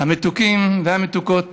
המתוקים והמתוקות